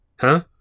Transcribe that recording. Huh